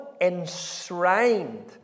enshrined